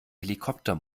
helikopter